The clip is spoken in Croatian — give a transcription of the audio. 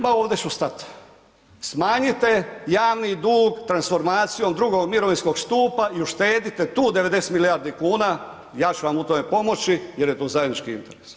Ma ovdje ću stat, smanjite javni dug transformacijom drugog mirovinskog stupa i uštedite tu 90 milijardi kuna, ja ću vam u tome pomoći jer je to zajednički interes.